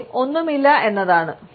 ആദ്യം ഒന്നുമില്ല എന്നതാണ്